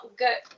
good